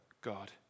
God